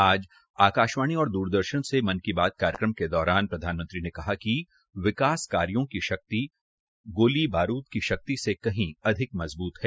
आज आकाशवाणी और दूरदर्शन से कार्यक्रम मन की बात के दौरान प्रधानमंत्री ने कहा कि विकास कार्यो की शक्ति गोली बारूद की शक्ति से कहीं अधिक मजबूत है